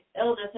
illness